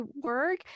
work